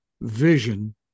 vision